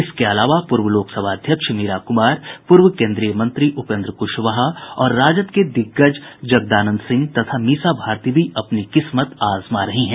इसके अलावा पूर्व लोकसभा अध्यक्ष मीरा कुमार पूर्व केंद्रीय मंत्री उपेंद्र कुशवाहा और राजद के दिग्गज जगदानंद सिंह तथा मीसा भारती भी अपनी किस्मत आजमा रही हैं